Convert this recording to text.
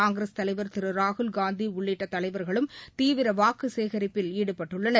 காங்கிரஸ் தலைவர் திரு ராகுல் காந்தியும் உள்ளிட்ட தலைவர்களும் தீவிர வாக்கு சேகரிப்பில் ஈடுபட்டுள்ளனர்